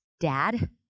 dad